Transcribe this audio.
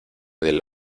del